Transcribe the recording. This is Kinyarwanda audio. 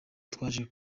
twaje